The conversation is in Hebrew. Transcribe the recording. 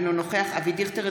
אינו נוכח אבי דיכטר,